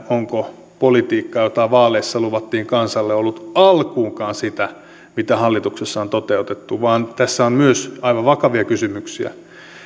onko politiikka jota vaaleissa luvattiin kansalle ollut alkuunkaan sitä mitä hallituksessa on toteutettu vaan tässä on myös aivan vakavia kysymyksiä